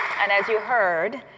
and as you heard,